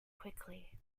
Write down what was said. quickly